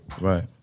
right